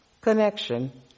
connection